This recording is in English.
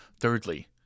Thirdly